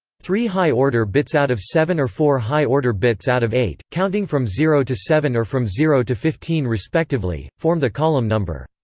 three high-order bits out of seven or four high-order bits out of eight, counting from zero to seven or from zero to fifteen respectively, form the column number.